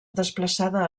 desplaçada